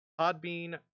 Podbean